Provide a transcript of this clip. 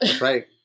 right